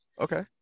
Okay